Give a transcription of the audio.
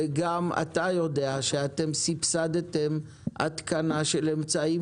גם אתה יודע שאתם סבסדתם התקנה של אמצעים